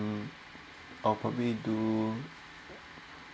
um or probably do